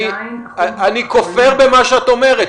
עדיין אחוז --- אני כופר במה שאת אומרת,